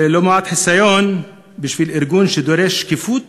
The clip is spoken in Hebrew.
זה לא מעט חיסיון בשביל ארגון שדורש שקיפות,